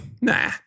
Nah